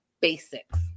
basics